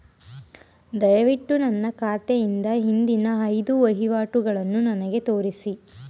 ದಯವಿಟ್ಟು ನನ್ನ ಖಾತೆಯಿಂದ ಹಿಂದಿನ ಐದು ವಹಿವಾಟುಗಳನ್ನು ನನಗೆ ತೋರಿಸಿ